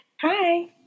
Hi